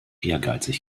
ehrgeizig